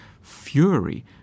fury